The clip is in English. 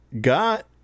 got